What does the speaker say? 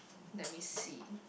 let me see